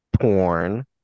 porn